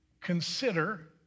consider